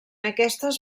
aquestes